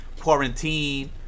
quarantine